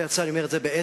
אני אומר את זה בעצב,